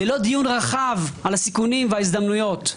וללא דיון רחב בסיכונים והזדמנויות?